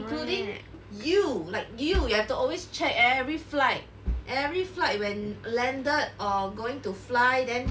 including you like you you have to always check every flight every flight when landed or going to fly then